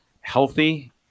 healthy